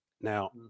Now